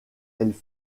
elle